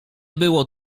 było